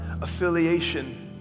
affiliation